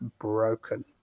broken